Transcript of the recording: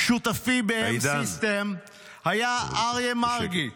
"שותפי באם-סיסטמס היה אריה מרגי,